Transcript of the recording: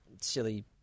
silly